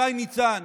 שי ניצן.